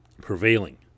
prevailing